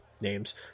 Names